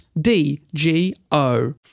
D-G-O